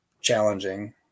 challenging